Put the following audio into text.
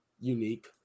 unique